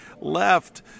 left